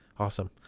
Awesome